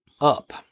up